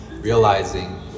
realizing